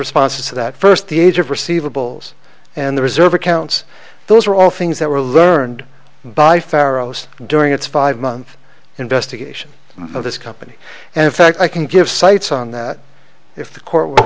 responses to that first the age of receivables and the reserve accounts those are all things that were learned by pharaoh's during its five month investigation of this company and in fact i can give cites on that if the court